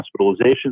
hospitalizations